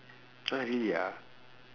!huh! really ah